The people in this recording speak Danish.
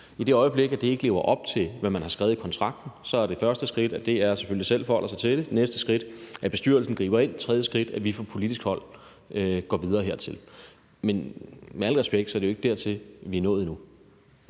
I det øjeblik det ikke lever op til, hvad man har skrevet i kontrakten, er det første skridt, at DR selvfølgelig selv forholder sig til det. Det næste skridt er, at bestyrelsen griber ind, og det tredje skridt er, at vi fra politisk hold går videre med det. Men med al respekt er det jo ikke dertil, vi er nået endnu.